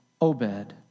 Obed